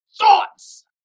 thoughts